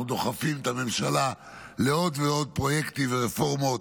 אנחנו דוחפים את הממשלה לעוד ולעוד פרויקטים ורפורמות.